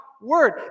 word